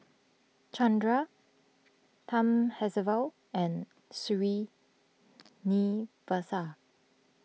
Chandra Thamizhavel and Srinivasa